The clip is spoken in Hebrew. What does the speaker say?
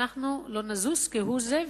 אנחנו לא נזוז כהוא זה,